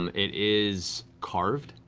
um it is carved,